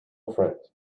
friend